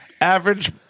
average